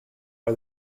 are